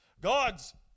God's